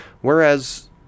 Whereas